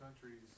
countries